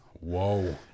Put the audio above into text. whoa